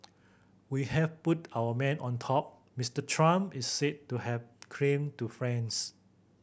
we have put our man on top Mister Trump is said to have claimed to friends